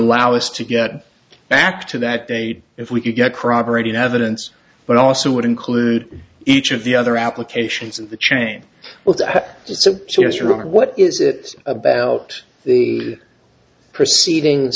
allow us to get back to that date if we could get corroborating evidence but also would include each of the other applications in the chain so she has room or what is it about the proceedings